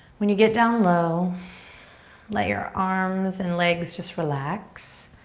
when you get down low let your arms and legs just relax,